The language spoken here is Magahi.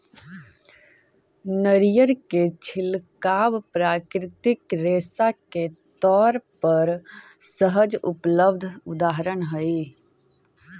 नरियर के छिलका प्राकृतिक रेशा के तौर पर सहज उपलब्ध उदाहरण हई